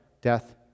death